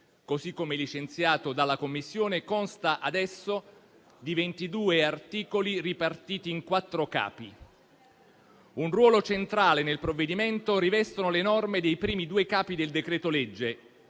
così come licenziato dalla Commissione, consta adesso di 22 articoli, ripartiti in quattro capi. Un ruolo centrale nel provvedimento rivestono le norme dei primi due capi del decreto-legge,